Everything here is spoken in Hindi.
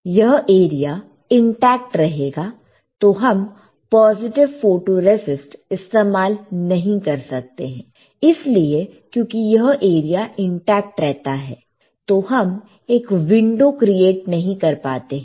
यह एरिया इंटैक्ट रहेगा तो हम पॉजिटिव फोटोरेसिस्ट इस्तेमाल नहीं कर सकते इसलिए क्योंकि यह एरिया इंटैक्ट रहता है तो हम एक विंडो क्रिएट नहीं कर पाते हैं